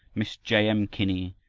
miss j. m. kinney,